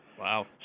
Wow